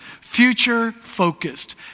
future-focused